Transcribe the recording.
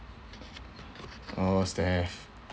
oh steph